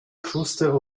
kruste